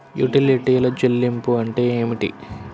యుటిలిటీల చెల్లింపు అంటే ఏమిటి?